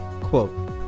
quote